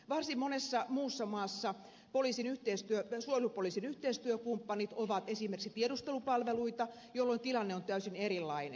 varsin monessa muussa maassa suojelupoliisin yhteistyökumppanit ovat esimerkiksi tiedustelupalveluita jolloin tilanne on täysin erilainen